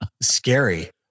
scary